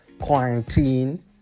quarantine